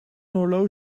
horloge